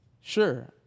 sure